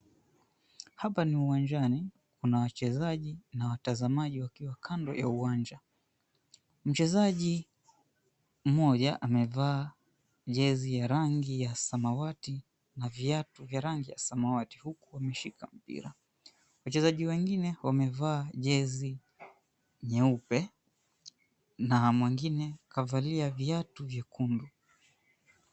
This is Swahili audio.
Hapa ni uwanjani. Kuna wachezaji na watazamaji wakiwa kando ya uwanja amevaa jezi ya rangi ya samawati na viatu vya rangi ya samawati, huku ameshika mpira. Wachezaji wengine wamevaa jezi nyeupe, na mwingine kavalia viatu vyekundu.